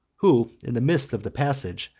who, in the midst of the passage,